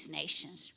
nations